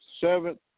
Seventh